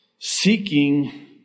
seeking